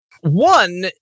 one